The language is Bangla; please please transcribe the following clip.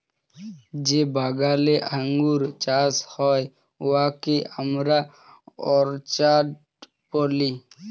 যে বাগালে আঙ্গুর চাষ হ্যয় উয়াকে আমরা অরচার্ড ব্যলি